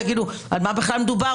תגידו: על מה בכלל מדובר,